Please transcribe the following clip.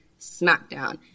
SmackDown